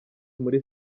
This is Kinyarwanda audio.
muri